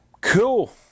Cool